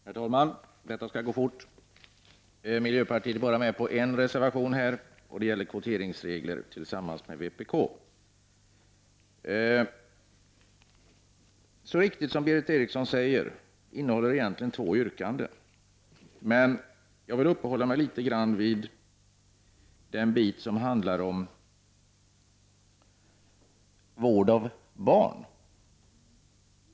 Herr talman! Jag skall fatta mig kort. Vi i miljöpartiet är bara med på en reservation här. Det gäller reservation 3 om kvoteringsregler, som vi har gemensam med vpk. Det är så riktigt som Berith Eriksson säger. Det är alltså egentligen fråga om två yrkanden. Jag skall emellertid uppehålla mig något vid detta med vård av barn.